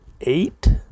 eight